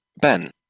Ben